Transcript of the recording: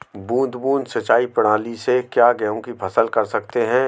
बूंद बूंद सिंचाई प्रणाली से क्या गेहूँ की फसल कर सकते हैं?